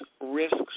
risks